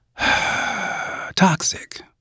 toxic